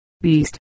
beast